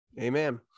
Amen